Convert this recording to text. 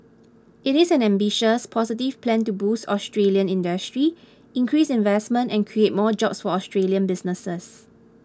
it is an ambitious positive plan to boost Australian industry increase investment and create more jobs for Australian businesses